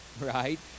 right